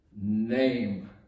name